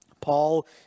Paul